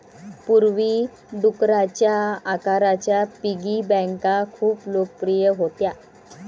पूर्वी, डुकराच्या आकाराच्या पिगी बँका खूप लोकप्रिय होत्या